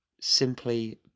simply